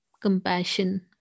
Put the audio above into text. compassion